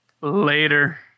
later